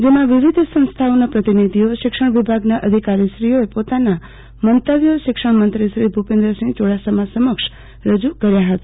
જેમાં વિવિધ સંસ્થાઓના પ્રતિનિધિઓ શિક્ષણ વિભાગના અધિકારીશ્રીઓએ પોતાના મંતવ્યો શિક્ષણમંત્રીશ્રી ભુપેન્દ્રસિં ચુડાસમામાં સમક્ષો રજૂ કર્યા હતા